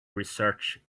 research